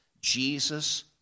Jesus